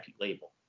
label